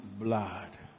blood